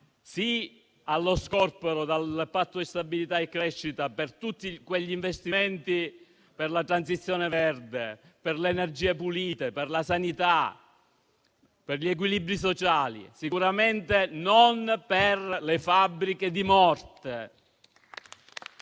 allo scorporo dal Patto di stabilità e crescita di tutti gli investimenti per la transizione verde, per le energie pulite, per la sanità, per gli equilibri sociali, ma sicuramente non di quelli per le fabbriche di morte.